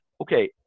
okay